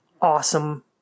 awesome